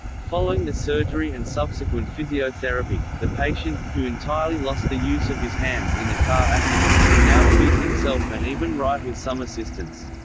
following the surgery and subsequent physiotherapy, the patient who entirely lost the use of his hands in a car accident can now feed himself and even write with some assistance.